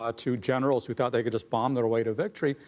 ah to generals who thought they could just bomb their way to victory.